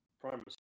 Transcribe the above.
primary